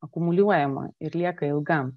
akumuliuojama ir lieka ilgam